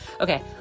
Okay